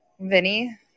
Vinny